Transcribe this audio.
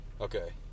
Okay